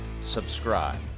subscribe